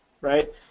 right